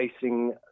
facing